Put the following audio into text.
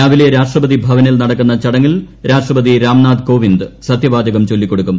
രാവിലെ രാഷ്ട്രപതി ഭവനിൽ നടക്കുന്ന ചടങ്ങിൽ രാഷ്ട്രപതി രാംനാഥ് കോവിന്ദ് സത്യവാചകം ചൊല്ലിക്കൊടുക്കും